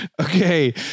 okay